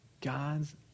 God's